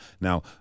Now